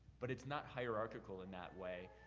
but it's not hierarchical in that way.